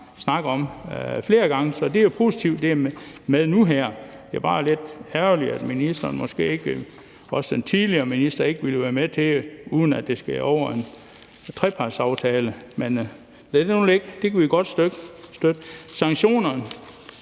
snakket om flere gange, så det er jo positivt, at det er med nu her. Det er bare lidt ærgerligt, at ministeren ikke – heller ikke den tidligere minister – ville være med til det, uden at det skulle ind over en trepartsaftale, men lad det nu ligge. Vi kan godt støtte det.